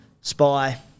spy